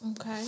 Okay